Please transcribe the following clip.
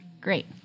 Great